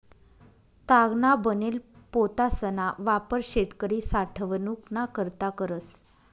तागना बनेल पोतासना वापर शेतकरी साठवनूक ना करता करस